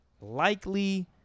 likely